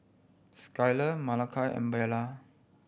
Skyler Malakai and Bella